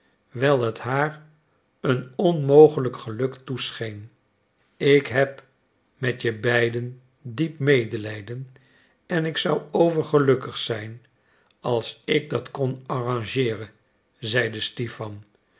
wijl het haar een onmogelijk geluk toescheen ik heb met je beiden diep medelijden en ik zou overgelukkig zijn als ik dat kon arrangeeren zeide stipan